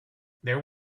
there